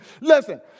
Listen